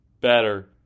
better